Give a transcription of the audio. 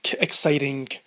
exciting